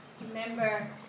Remember